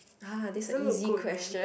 ah this a easy question